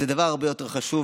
זה דבר הרבה יותר חשוב,